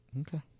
Okay